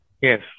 Yes